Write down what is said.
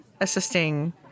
assisting